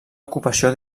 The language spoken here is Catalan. ocupació